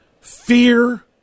fear